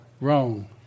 Wrong